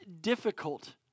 difficult